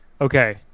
Okay